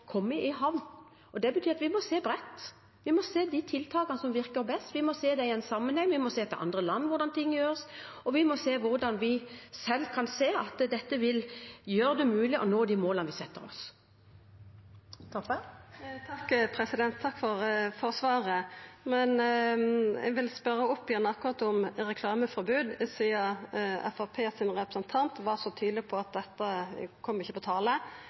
i havn. Det betyr at vi må se bredt. Vi må se på hvilke tiltak som virker best, og vi må se dem i sammenheng. Vi må se hvordan det gjøres i andre land, og vi må se hvordan vi selv kan gjøre det mulig å nå de målene vi setter oss. Takk for svaret, men eg vil spørja igjen om reklameforbod. Sidan Framstegspartiets representant var så tydeleg på at det ikkje kom på tale,